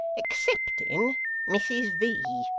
excepting mrs v.